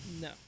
no